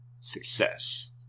success